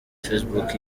facebook